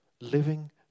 Living